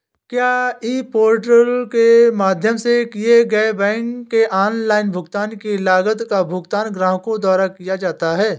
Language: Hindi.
क्या ई पोर्टल के माध्यम से किए गए बैंक के ऑनलाइन भुगतान की लागत का भुगतान ग्राहकों द्वारा किया जाता है?